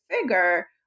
figure